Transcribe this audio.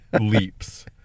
leaps